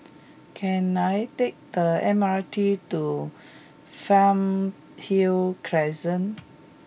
can I take the M R T to Fernhill Crescent